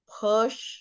push